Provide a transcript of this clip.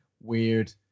weird